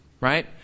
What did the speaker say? right